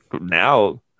now